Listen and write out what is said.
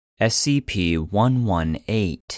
SCP-118